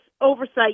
oversight